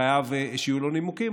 הוא חייב שיהיו לו נימוקים,